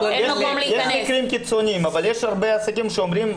יש מקרים קיצוניים אבל יש הרבה עסקים שאומרים: